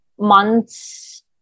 months